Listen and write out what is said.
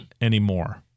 anymore